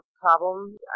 problem